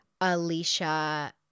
Alicia